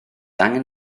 angen